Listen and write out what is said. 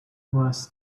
was